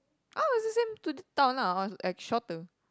oh this is the same to the town lah or like shorter